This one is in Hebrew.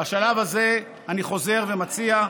בשלב הזה אני חוזר ומציע,